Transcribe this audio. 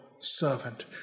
servant